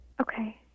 Okay